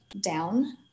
down